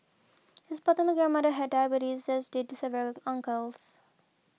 his paternal grandmother had diabetes as did several uncles